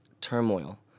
turmoil